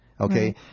okay